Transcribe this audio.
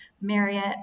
marriott